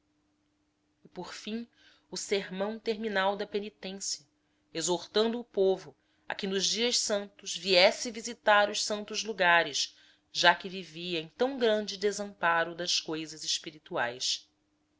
por fim o sermão terminal da penitência exortando o povo a que nos dias santos viesse visitar os santos lugares já que vivia em tão grande desamparo das cousas espirituais